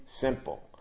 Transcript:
simple